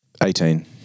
18